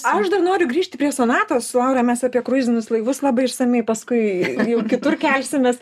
aš dar noriu grįžti prie sonatos su laura mes apie kruizinius laivus labai išsamiai paskui jau kitur kelsimės